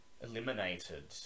eliminated